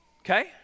Okay